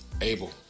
Abel